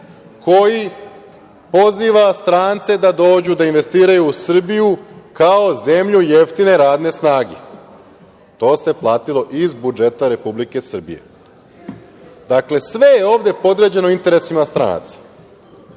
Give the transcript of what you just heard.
koji poziva strance da dođu da investiraju u Srbiju kao zemlju jeftine radne snage. To se platilo iz budžeta Republike Srbije. Dakle, sve je ovde podređeno interesima stranaca. Kakve